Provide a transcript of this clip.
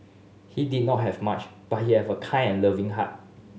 he did not have much but he have a kind and loving heart